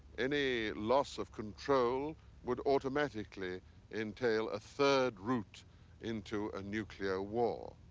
any loss of control would automatically entail a third route into a nuclear war.